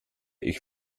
ich